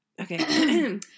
Okay